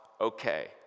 okay